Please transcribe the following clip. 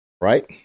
right